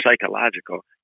psychological